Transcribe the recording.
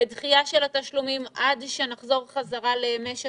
לדחייה של התשלומים עד שנחזור חזרה למשק